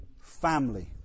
family